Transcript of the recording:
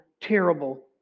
terrible